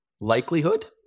likelihood